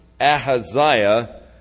Ahaziah